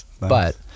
but-